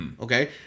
Okay